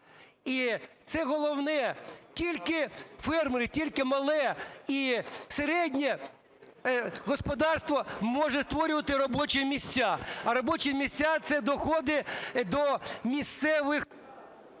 І це головне. Тільки фермери, тільки мале і середнє господарство може створювати робочі місця. А робочі місця – це доходи до місцевих…